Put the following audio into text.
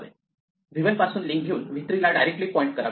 आपण v 1 पासून link घेऊन v 3 ला डायरेक्टली पॉईंट करावे